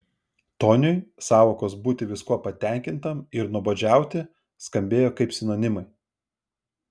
toniui sąvokos būti viskuo patenkintam ir nuobodžiauti skambėjo kaip sinonimai